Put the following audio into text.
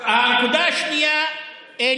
הנקודה השנייה,